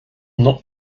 not